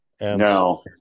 No